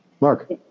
Mark